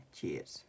Cheers